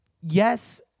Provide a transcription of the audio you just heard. Yes